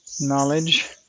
knowledge